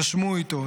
נשמו איתו,